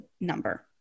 number